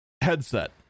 headset